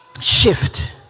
shift